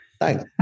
thanks